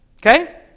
Okay